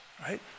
right